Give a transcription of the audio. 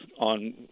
on